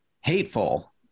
hateful